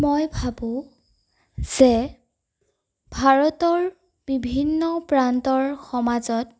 মই ভাবো যে ভাৰতৰ বিভিন্ন প্ৰান্তৰ সমাজত